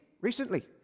recently